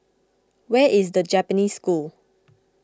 where is the Japanese School